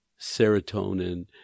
serotonin